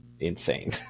insane